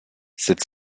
cette